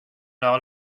leur